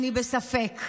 אני בספק.